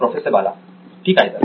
professor Bala ठीक आहे तर